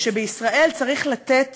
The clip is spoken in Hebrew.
שבישראל צריך לתת